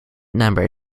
number